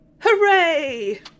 Hooray